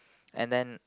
and then